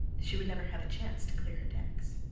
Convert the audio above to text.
she would never have a chance to clear her decks.